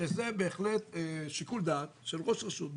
שזה בהחלט שיקול דעת של ראש רשות,